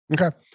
Okay